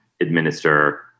administer